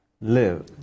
live